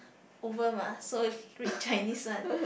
over mah so I read Chinese one